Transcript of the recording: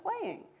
playing